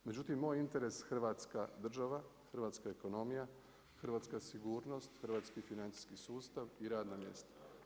Međutim, moj interes Hrvatska država, hrvatska ekonomija, hrvatska sigurnost, hrvatski financijski sustav i radna mjesta.